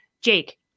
Jake